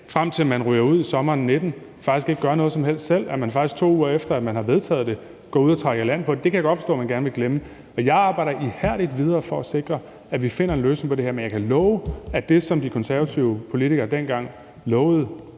ryger ud af regeringen i sommeren 2019, faktisk ikke gør noget som helst selv, men at man faktisk, 2 uger efter at man har vedtaget det, går ud og trækker i land på det. Det kan jeg godt forstå at man gerne vil glemme, men jeg arbejder ihærdigt videre for at sikre, at vi finder en løsning på det her. Men jeg kan love, at det, som de konservative politikere dengang lovede